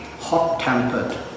hot-tempered